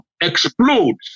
explodes